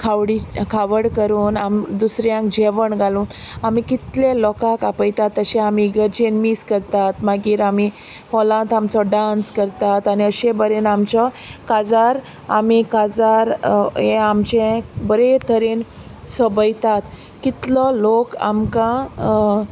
खावडी खावड करून आम दुसऱ्यांक जेवण घालून आमी कितले लोकांक आपयतात तशे आमी इगर्जेंत मीस करतात मागीर आमी हॉलांत आमचो डान्स करतात आनी अशें तरेन आमचो काजार आमी काजार हें आमचें बरें तरेन सोबयतात कितलो लोक आमकां